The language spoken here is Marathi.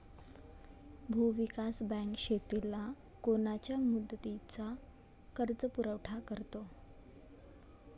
भूविकास बँक शेतीला कोनच्या मुदतीचा कर्जपुरवठा करते?